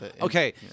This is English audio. okay